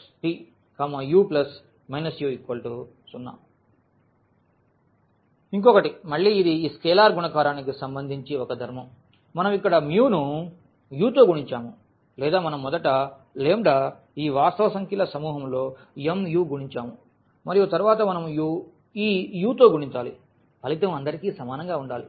st u u 0 ఇంకొకటి మళ్ళీ ఇది ఈ స్కేలార్ గుణకారానికి సంబంధించి ఒక ధర్మం మనం ఇక్కడ ను u తో గుణించాము లేదా మనం మొదట ఈ వాస్తవ సంఖ్యల సమూహంలో mu గుణించాము మరియు తరువాత మనం ఈ u తో గుణించాలి ఫలితం అందరికీ సమానంగా ఉండాలి